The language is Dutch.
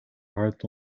hard